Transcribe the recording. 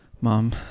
mom